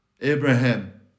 Abraham